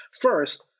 First